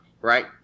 right